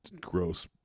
gross